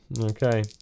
okay